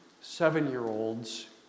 seven-year-olds